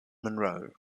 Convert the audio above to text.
munro